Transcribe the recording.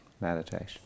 meditation